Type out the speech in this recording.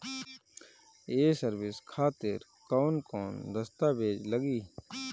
ये सर्विस खातिर कौन कौन दस्तावेज लगी?